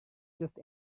just